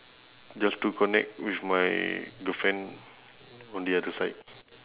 just to connect with my girlfriend on the other side